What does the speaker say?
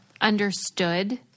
understood